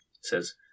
says